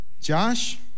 Josh